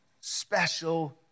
Special